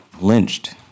lynched